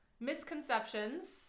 misconceptions